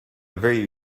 very